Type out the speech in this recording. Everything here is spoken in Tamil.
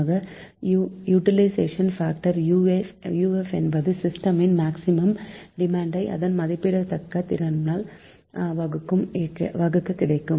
ஆக யுடிளைசேஷன் பாக்டர் UF என்பது சிஸ்டமின் மேக்சிமம் டிமாண்ட் ஐ அதன் மதிப்பிடப்பட்ட திறனால் வகுக்க கிடைக்கும்